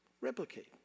Replicate